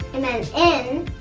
and then n.